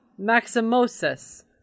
Maximosus